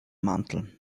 mantel